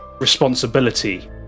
responsibility